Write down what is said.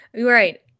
Right